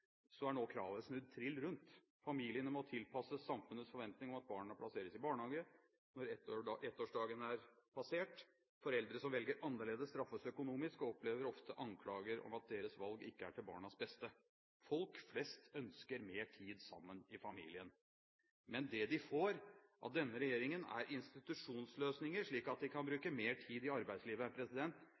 er nå kravet snudd trill rundt. Familiene må tilpasses samfunnets forventning om at barna plasseres i barnehage når ettårsdagen er passert. Foreldre som velger annerledes, straffes økonomisk og opplever ofte anklager om at deres valg ikke er til barnas beste. Folk flest ønsker mer tid sammen i familien. Men det de får av denne regjeringen, er institusjonsløsninger, slik at de kan bruke mer tid i arbeidslivet.